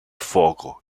fuoco